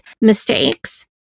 mistakes